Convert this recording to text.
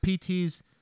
PT's